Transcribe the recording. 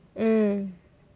mm